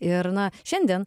ir na šiandien